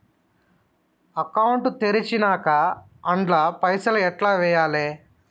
Account తెరిచినాక అండ్ల పైసల్ ఎట్ల వేయాలే?